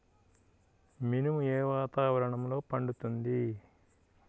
మినుము ఏ వాతావరణంలో పండుతుంది?